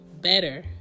better